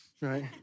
right